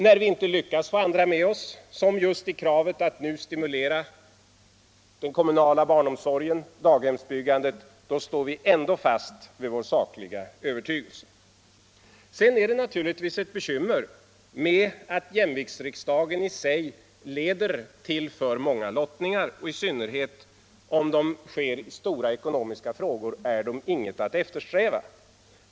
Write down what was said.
När vi inte lyckas få andra med oss, som i fråga om kravet att nu stimulera den kommunala barnomsorgen, står vi ändå fast vid vår sakliga övertygelse. Sedan är det naturligtvis ett bekymmer med att jämviktsriksdagen i sig leder till för många lottningar. I synnerhet som det sker i stora ekonomiska frågor är det inget att eftersträva.